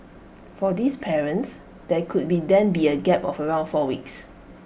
for these parents there could then be A gap of around four weeks